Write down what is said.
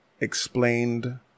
explained